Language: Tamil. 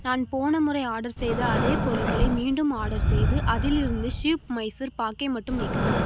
நான் போன முறை ஆர்டர் செய்த அதே பொருட்களை மீண்டும் ஆர்டர் செய்து அதிலிருந்து ஷுப் மைசூர்பாக்கை மட்டும் நீக்கவும்